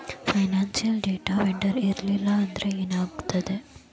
Financial data vendor ಇರ್ಲ್ಲಿಲ್ಲಾಂದ್ರ ಏನಾಗ್ತದ?